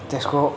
त्यसको